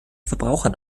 verbrauchern